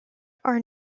are